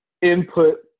input